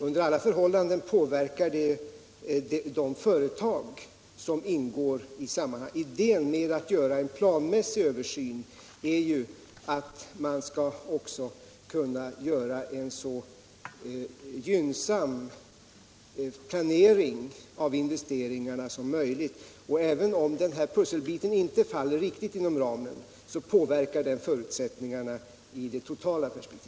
Under alla förhållanden skulle det påverka de företag som ingår. Idén med en planmässig översyn är att man skall kunna göra en så gynnsam planering av investeringarna som möjligt. Och även om den här pusselbiten inte faller riktigt inom ramen för programmet påverkar den förutsättningarna i det totala perspektivet.